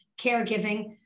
caregiving